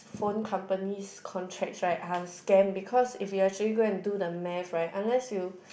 phone companies contracts right are scam because if you actually go and do the Math right unless you